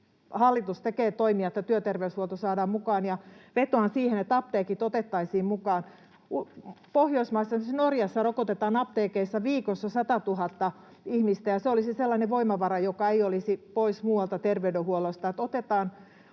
hallitus tekee toimia, että työterveyshuolto saadaan mukaan. Ja vetoan siihen, että apteekit otettaisiin mukaan. Pohjoismaissa esimerkiksi Norjassa rokotetaan apteekeissa viikossa 100 000 ihmistä, ja se olisi sellainen voimavara, joka ei olisi pois muualta terveydenhuollosta.